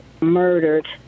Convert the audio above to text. murdered